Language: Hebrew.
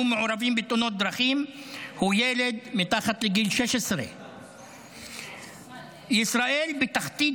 מעורבים בתאונות דרכים הוא ילד מתחת לגיל 16. ישראל בתחתית